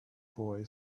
boy